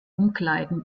umkleiden